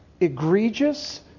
egregious